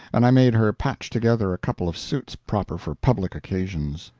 and i made her patch together a couple of suits proper for public occasions.